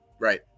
Right